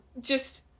Just-